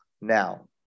Now